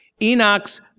Enoch's